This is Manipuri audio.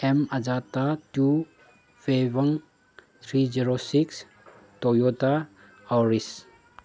ꯑꯦꯝ ꯑꯖꯥꯠꯇꯥ ꯇꯨ ꯄꯦꯕꯪ ꯊ꯭ꯔꯤ ꯖꯦꯔꯣ ꯁꯤꯛꯁ ꯇꯣꯌꯣꯇꯥ ꯑꯥꯎꯔꯤꯁ